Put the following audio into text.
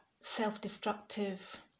self-destructive